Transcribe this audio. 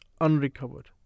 unrecovered